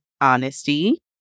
honesty